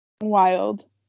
wild